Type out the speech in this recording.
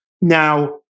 now